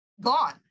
gone